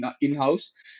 in-house